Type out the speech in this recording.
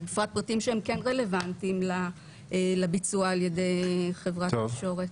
בפרט פרטים שהם כן רלוונטיים לביצוע על ידי חברת התקשורת.